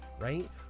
right